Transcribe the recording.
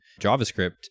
JavaScript